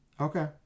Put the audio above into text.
Okay